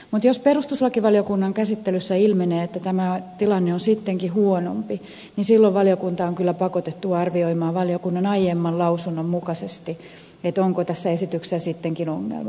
mutta jos perustuslakivaliokunnan käsittelyssä ilmenee että tämä tilanne on sittenkin huonompi niin silloin valiokunta on kyllä pakotettu arvioimaan valiokunnan aiemman lausunnon mukaisesti onko tässä esityksessä sittenkin ongelma